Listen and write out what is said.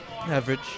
Average